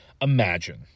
Imagine